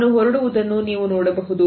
ಅವನು ಹೊರಡುವುದನ್ನು ನೀವು ನೋಡಬಹುದು